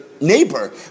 neighbor